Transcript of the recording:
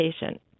patient